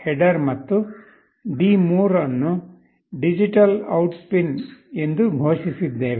h header ಮತ್ತು D3 ಅನ್ನು digital out pin ಎಂದು ಘೋಷಿಸಿದ್ದೇವೆ